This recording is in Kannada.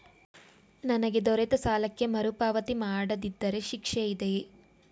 ನನಗೆ ದೊರೆತ ಸಾಲಕ್ಕೆ ಮರುಪಾವತಿ ಮಾಡದಿದ್ದರೆ ಶಿಕ್ಷೆ ಇದೆಯೇ?